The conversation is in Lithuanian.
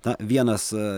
ta vienas